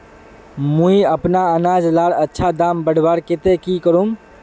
मुई अपना अनाज लार अच्छा दाम बढ़वार केते की करूम?